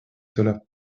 cela